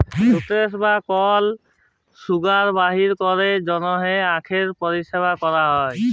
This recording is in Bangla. সুক্রেস বা কল সুগার বাইর ক্যরার জ্যনহে আখকে পরসেস ক্যরা হ্যয়